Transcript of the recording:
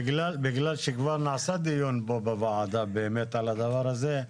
בגלל שכבר נעשה דיון פה בוועדה באמת על הדבר הזה.